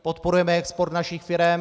Podporujeme export našich firem.